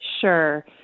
Sure